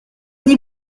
dis